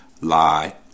lie